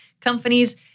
companies